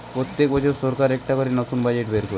পোত্তেক বছর সরকার একটা করে নতুন বাজেট বের কোরে